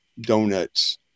donuts